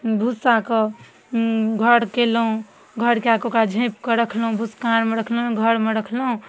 भुस्साके घर केलहुॅं घर कए कऽ ओकरा झाँपि कऽ रखलहुॅं भुस्काँरमे रखलहुॅं घरमे रखलहुॅं